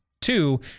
Two